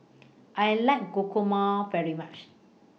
I like Guacamole very much